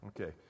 okay